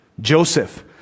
Joseph